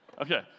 Okay